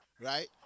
right